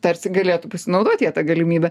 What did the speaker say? tarsi galėtų pasinaudot jie ta galimybe